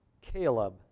Caleb